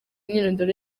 myirondoro